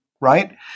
right